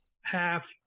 half